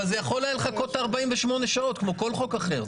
אבל זה יכול היה לחכות 48 שעות כמו כל חוק אחר.